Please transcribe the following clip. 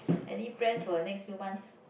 any plans for the next few months